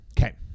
Okay